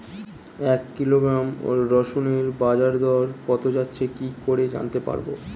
এক কিলোগ্রাম রসুনের বাজার দর কত যাচ্ছে কি করে জানতে পারবো?